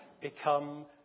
become